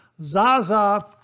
Zaza